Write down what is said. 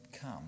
come